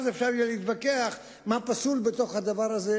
ואז אפשר יהיה להתווכח מה פסול בדבר הזה,